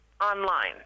online